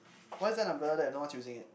why is there an umbrella there if no one's using it